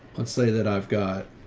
let's say that i've got,